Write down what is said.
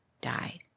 died